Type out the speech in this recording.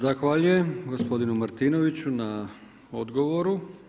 Zahvaljujem gospodinu Martinoviću na odgovoru.